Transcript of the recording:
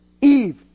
Eve